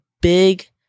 big